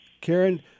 Karen